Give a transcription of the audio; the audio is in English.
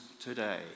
today